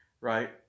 right